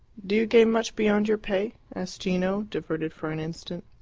do you gain much beyond your pay? asked gino, diverted for an instant.